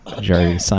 Jerry